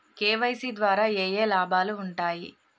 KYC ద్వారా ఏఏ లాభాలు ఉంటాయి?